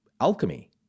alchemy